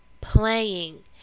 playing